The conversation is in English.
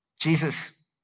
Jesus